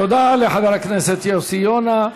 תודה לחבר הכנסת יוסי יונה.